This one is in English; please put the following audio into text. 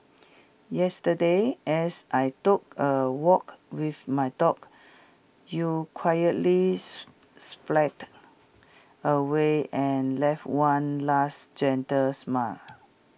yesterday as I took A walk with my dog you quietly away and left one last gentle smile